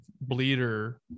bleeder